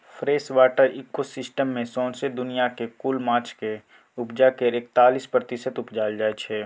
freshwater ecosystem मे सौसें दुनियाँक कुल माछक उपजा केर एकतालीस प्रतिशत उपजाएल जाइ छै